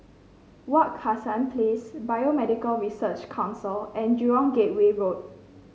Wak Hassan Place Biomedical Research Council and Jurong Gateway Road